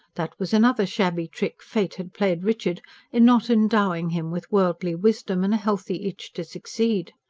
that was another shabby trick fate had played richard in not endowing him with worldly wisdom, and a healthy itch to succeed.